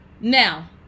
Now